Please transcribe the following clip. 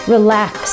Relax